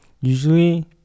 Usually